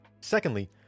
Secondly